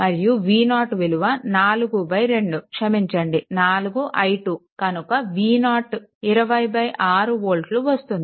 మరియు v0 విలువ 42 క్షమించండి 4i2 కనుక v0 206 వోల్ట్లు వస్తుంది